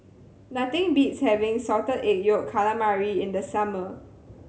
nothing beats having Salted Egg Yolk Calamari in the summer